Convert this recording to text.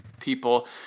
people